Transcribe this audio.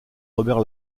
robert